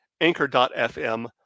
anchor.fm